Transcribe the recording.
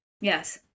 Yes